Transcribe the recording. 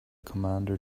commander